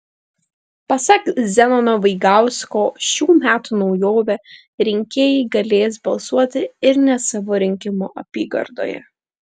pasak zenono vaigausko šių metų naujovė rinkėjai galės balsuoti ir ne savo rinkimų apygardoje